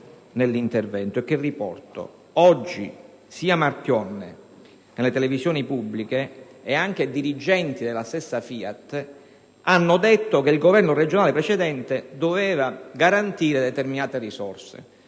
mio intervento e che riporto: «Oggi sia Marchionne che le televisioni pubbliche» - e, aggiungo, anche dirigenti della stessa FIAT - «hanno detto che il Governo regionale precedente doveva garantire determinate risorse».